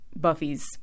Buffy's